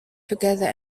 together